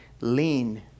Lean